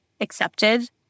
accepted